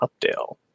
Updale